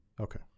Okay